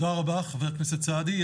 תודה רבה חבר הכנסת סעדי.